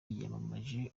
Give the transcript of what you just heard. yiyamamaje